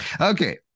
Okay